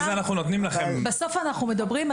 הרשעות יש?